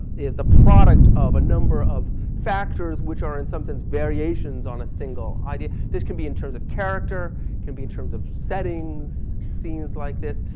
is the product of a number of factors which are in sometimes variations on a single idea. this could be in terms of character, could be in terms of settings, scenes like this.